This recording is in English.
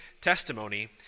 testimony